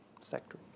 sector